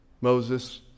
Moses